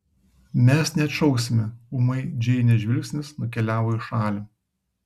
mes neatšauksime ūmai džeinės žvilgsnis nukeliavo į šalį